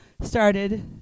started